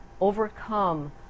overcome